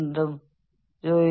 ഇത് ചെയ്യൂ